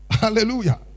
Hallelujah